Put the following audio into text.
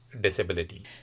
disability